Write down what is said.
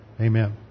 Amen